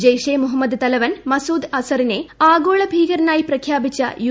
ജയ്ഷെ മുഹമ്മദ് തലവൻ മസൂദ് അസറിനെ ആഗോള ഭീകരനായി പ്രഖ്യാപിച്ച യു